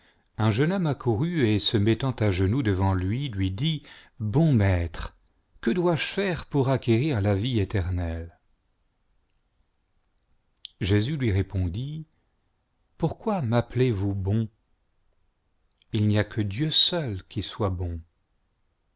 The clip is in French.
un jeune homme accourut et se met tant à genoux devant lui lui dit bon maître que dois-je faire pour acquérir la vie éternelle jésus lui répondit pourquoi m'appelez-vous bon il n'y a que dieu seul qui soit bcn